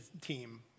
team